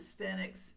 Hispanics